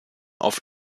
auf